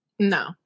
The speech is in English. No